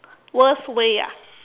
worst way ah